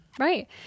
Right